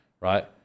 right